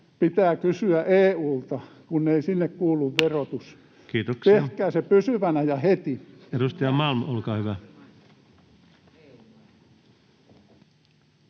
pitää kysyä EU:lta, kun ei sille kuulu verotus? [Puhemies: Kiitoksia!] Tehkää se pysyvänä ja heti. Edustaja Malm, olkaa hyvä.